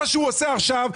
מה שהוא עושה עכשיו,